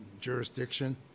jurisdiction